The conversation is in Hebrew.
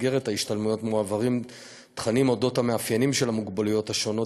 במסגרת ההשתלמויות מועברים תכנים על המאפיינים של המוגבלויות השונות,